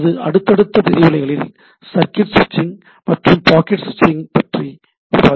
நமது அடுத்தடுத்த விரிவுரைகளில் சர்க்யூட் சுவிட்சிங் மற்றும் பாக்கெட் சுவிட்சிங் பற்றி விவாதிப்போம்